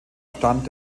stand